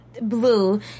Blue